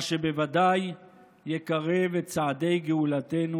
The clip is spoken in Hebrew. מה שבוודאי יקרב את צעדי גאולתנו",